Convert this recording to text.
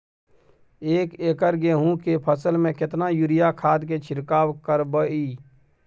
एक एकर गेहूँ के फसल में केतना यूरिया खाद के छिरकाव करबैई?